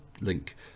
link